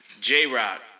J-Rock